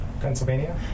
Pennsylvania